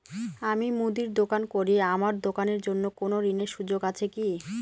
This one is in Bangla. আমি মুদির দোকান করি আমার দোকানের জন্য কোন ঋণের সুযোগ আছে কি?